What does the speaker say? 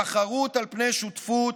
תחרות על פני שותפות,